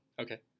Okay